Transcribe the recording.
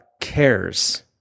cares